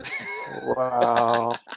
Wow